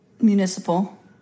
Municipal